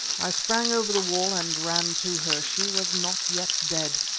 i sprang over the wall and ran to her. she was not yet dead.